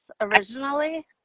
originally